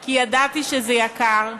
כי ידעתי שזה יקר.